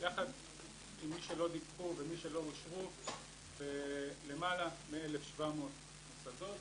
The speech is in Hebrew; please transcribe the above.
מדובר יחד עם מי שלא דיווחו ומי שלא אושרו בלמעלה מ-1,700 מוסדות.